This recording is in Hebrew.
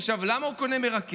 עכשיו, למה הוא קונה מרכך?